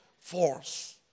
force